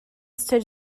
stood